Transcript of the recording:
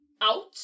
out